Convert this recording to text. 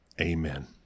Amen